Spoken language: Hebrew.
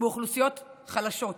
באוכלוסיות חלשות